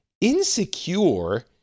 insecure